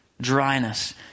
dryness